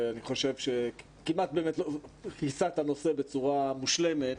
אני חושב שכיסה את הנושא בצורה מושלמת.